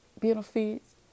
benefits